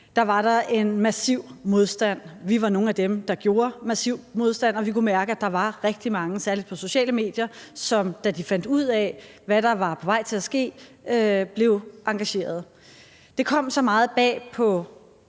var der en massiv modstand. Vi var nogle af dem, der gjorde massiv modstand, og vi kunne mærke, at der var rigtig mange, særlig på sociale medier, som, da de fandt ud af, hvad der var på vej til at ske, blev engageret. Det kom så meget bag på